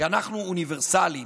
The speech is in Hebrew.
כי אנחנו אוניברסליים,